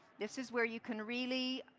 this is where you can really